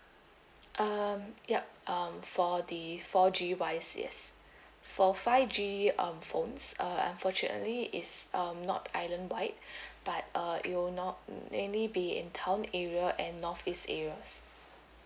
um ya um for the four G wise yes for five G um phones uh unfortunately it's um not island wide but uh it will not mm mainly be in town area and north east areas